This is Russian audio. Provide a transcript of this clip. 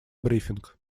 брифинг